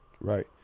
Right